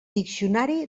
diccionari